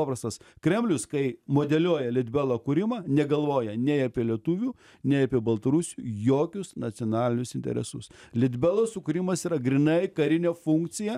paprastas kremlius kai modeliuoja litbelo kūrimą negalvoja nei apie lietuvių nei apie baltarusių jokius nacionalinius interesus litbelo sukūrimas yra grynai karinė funkcija